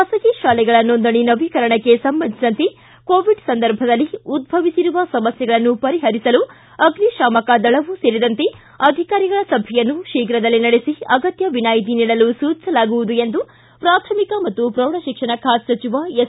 ಬಾಸಗಿ ಶಾಲೆಗಳ ನೋಂದಣಿ ನವೀಕರಣಕ್ಕೆ ಸಂಬಂಧಿಸಿದಂತೆ ಕೋವಿಡ್ ಸಂದರ್ಭದಲ್ಲಿ ಉದ್ದವಿಸಿರುವ ಸಮಸ್ಥೆಗಳನ್ನು ಪರಿಹರಿಸಲು ಅಗ್ನಿ ಶಾಮಕ ದಳವೂ ಸೇರಿದಂತೆ ಅಧಿಕಾರಿಗಳ ಸಭೆಯನ್ನು ಶೀಘ್ರದಲ್ಲೇ ನಡೆಸಿ ಅಗತ್ಯ ವಿನಾಯಿತಿ ನೀಡಲು ಸೂಚಿಸಲಾಗುವುದು ಎಂದು ಪ್ರಾಥಮಿಕ ಮತ್ತು ಪ್ರೌಢಶಿಕ್ಷಣ ಖಾತೆ ಸಚಿವ ಎಸ್